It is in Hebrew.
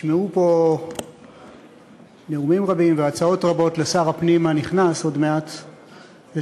נשמעו פה נאומים רבים והצעות רבות לשר הפנים הנכנס עוד מעט לתפקידו,